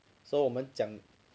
so 我们讲